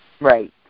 Right